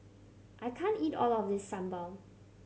I can't eat all of this sambal